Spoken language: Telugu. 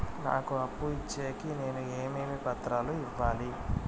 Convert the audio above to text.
నాకు అప్పు ఇచ్చేకి నేను ఏమేమి పత్రాలు ఇవ్వాలి